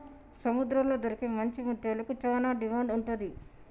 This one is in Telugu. సముద్రాల్లో దొరికే మంచి ముత్యాలకు చానా డిమాండ్ ఉంటది